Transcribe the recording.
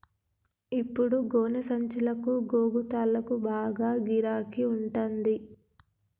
ఇప్పుడు గోనె సంచులకు, గోగు తాళ్లకు బాగా గిరాకి ఉంటంది